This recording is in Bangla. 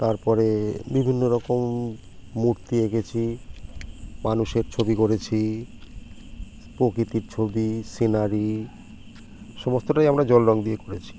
তারপরে বিভিন্ন রকম মূর্তি এঁকেছি মানুষের ছবি করেছি প্রকৃতির ছবি সিনারি সমস্তটাই আমরা জল রঙ দিয়ে করেছি